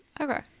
Okay